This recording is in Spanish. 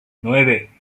nueve